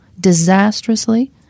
disastrously